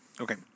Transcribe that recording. Okay